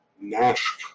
Nash